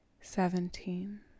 seventeen